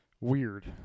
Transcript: weird